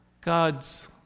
God's